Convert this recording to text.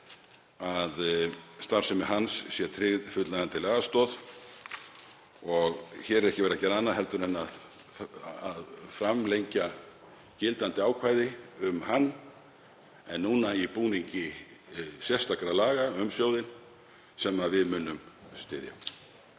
að starfsemi hans sé tryggð fullnægjandi lagastoð. Hér er ekki verið að gera annað en að framlengja gildandi ákvæði um hann en núna í búningi sérstakra laga um sjóðinn sem við munum styðja.